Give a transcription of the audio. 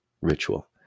ritual